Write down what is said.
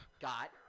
got